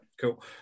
cool